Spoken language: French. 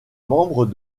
membre